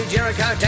Jericho